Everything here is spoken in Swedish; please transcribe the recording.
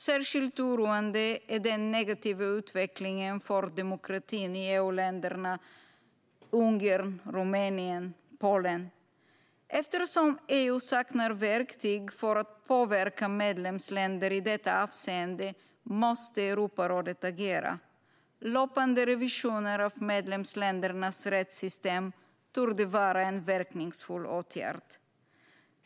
Särskilt oroande är den negativa utvecklingen för demokratin i EU-länderna Ungern, Rumänien och Polen. Eftersom EU saknar verktyg för att påverka medlemsländer i detta avseende måste Europarådet agera. Löpande revisioner av medlemsländernas rättssystem torde vara en verkningsfull åtgärd.